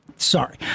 Sorry